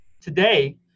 Today